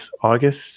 August